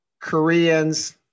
Koreans